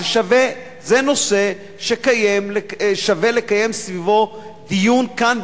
זה נושא ששווה לקיים סביבו דיון כאן,